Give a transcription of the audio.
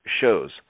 shows